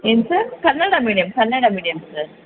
ಏನು sir Kannada medium Kannada medium sir